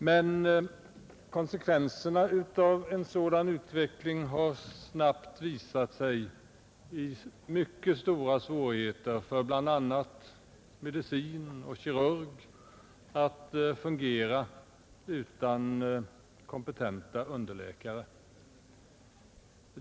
Men konsekvenserna av en sådan utveckling har snabbt visat sig i mycket stora svårigheter för bl.a. medicinoch kirurgklinikerna att fungera utan kompetenta underläkare.